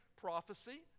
prophecy